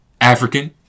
African